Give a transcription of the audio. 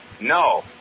No